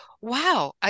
wow